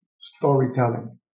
storytelling